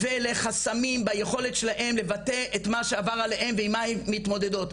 ולחסמים ביכולת שלהם לבטא את מה שעבר עליהם ועם מה הן מתמודדות.